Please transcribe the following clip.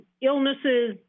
illnesses